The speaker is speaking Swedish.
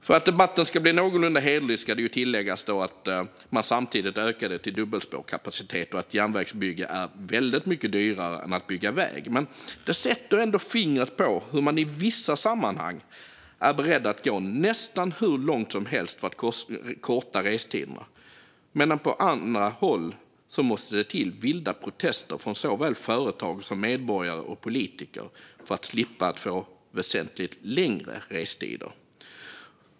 För att debatten ska bli någorlunda hederlig ska det tilläggas att man samtidigt ökade till dubbelspårskapacitet och att järnvägsbyggande är väldigt mycket dyrare än att bygga väg, men det sätter ändå fingret på hur man i vissa sammanhang är beredd att gå nästan hur långt som helst för att korta restiderna medan det på andra håll måste till vilda protester från såväl företag som medborgare och politiker för att man ska slippa få väsentligt längre restider.